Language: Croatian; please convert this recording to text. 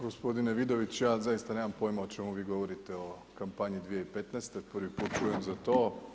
Gospodine Vidoviću, ja vam zaista nemam pojma o čemu vi govorite o kampanji 2015., prvi put čujem za to.